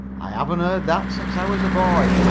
i haven't heard that since i was a boy.